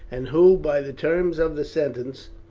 and who, by the terms of the sentence,